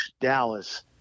Dallas